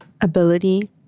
ability